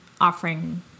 offering